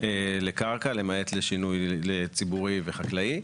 לקרקע למעט לשינוי לציבורי וחקלאי,